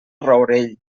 rourell